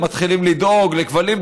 מתחילים לדאוג לכבלים,